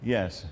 Yes